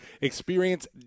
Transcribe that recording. Experience